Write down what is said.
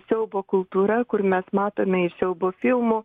siaubo kultūra kur mes matome iš siaubo filmų